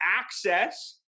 access